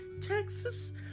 Texas